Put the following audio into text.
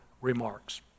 remarks